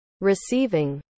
Receiving